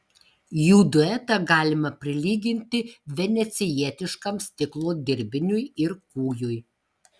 jų duetą galima prilyginti venecijietiškam stiklo dirbiniui ir kūjui